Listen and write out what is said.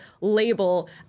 label